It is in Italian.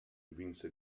vinse